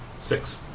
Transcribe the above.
Six